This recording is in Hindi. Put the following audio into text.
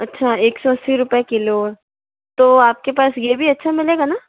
अच्छा एक सौ अस्सी रुपए किलो तो आपके पास ये भी अच्छा मिलेगा ना